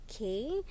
okay